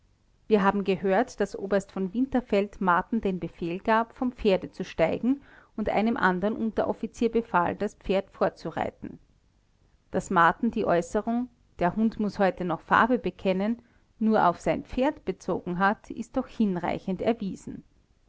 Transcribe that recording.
wir haben gehört daß oberst v winterfeld marten den befehl gab vom pferde zu steigen und einem anderen unteroffizier befahl das pferd vorzureiten daß marten die äußerung der hund muß heute noch farbe bekennen nur auf sein pferd bezogen hat ist doch hinreichend erwiesen